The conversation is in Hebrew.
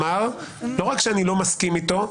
לא רק שאני לא מסכים איתו,